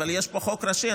אבל יש פה חוק ראשי,